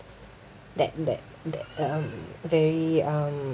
that that that um very um